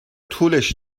طولش